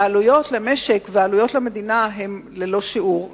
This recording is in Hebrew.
כשהעלויות למשק ולמדינה הן ללא שיעור.